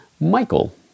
Michael